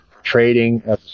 trading